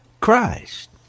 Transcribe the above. Christ